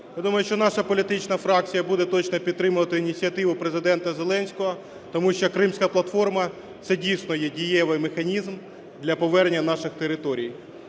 Я думаю, що наша політична фракція буде точно підтримувати ініціативу Президента Зеленського. Тому що Кримська платформа – це дійсно є дієвий механізм для повернення наших територій.